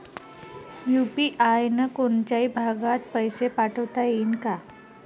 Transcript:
UPI न कोनच्याही भागात पैसे पाठवता येईन का?